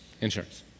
Insurance